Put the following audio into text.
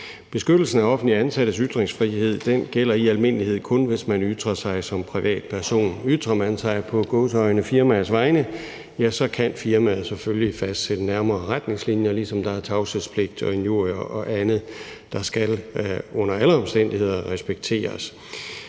Beskyttelsen af offentligt ansattes ytringsfrihed gælder i almindelighed kun, hvis man ytrer sig som privatperson. Ytrer man sig på – i gåseøjne – firmaets vegne, så kan firmaet selvfølgelig fastsætte nærmere retningslinjer, ligesom der er regler om tavshedspligt og injurier og andet, der under